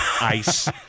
Ice